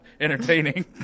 entertaining